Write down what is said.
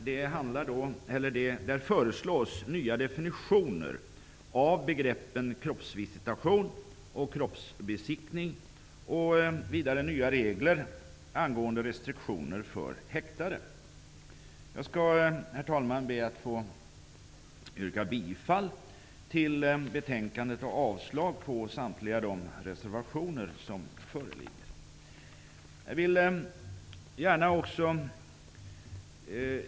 Det föreslås nya definitioner av begreppen kroppsvisitation och kroppsbesiktning och nya regler angående restriktioner för häktade. Herr talman! Jag vill yrka bifall till justitieutskottets hemställan, och avslag på samtliga reservationer som föreligger.